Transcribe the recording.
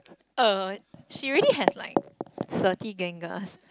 uh she already had like thirty gangars